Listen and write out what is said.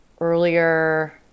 earlier